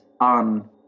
on